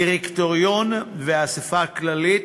דירקטוריון ואספה כללית.